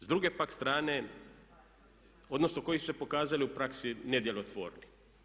S druge pak strane, odnosno koji su se pokazali u praksi nedjelotvorni.